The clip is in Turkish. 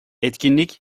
etkinlik